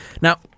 Now